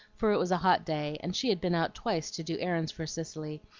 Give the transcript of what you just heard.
for it was a hot day, and she had been out twice to do errands for cicely,